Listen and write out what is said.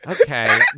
Okay